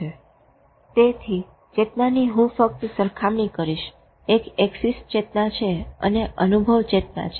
તો ચેતનાની હું ફક્ત સરખામણી કરીશ એક એક્સીસ ચેતના છે અને અનુભવ ચેતના છે